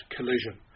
Collision